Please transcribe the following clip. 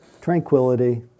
tranquility